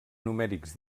numèrics